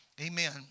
Amen